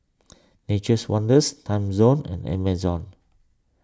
Nature's Wonders Timezone and Amazon